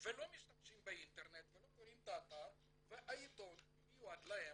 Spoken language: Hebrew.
שלא משתמשים באינטרנט ולא קוראים את האתר והעיתון מיועד גם להם.